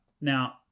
now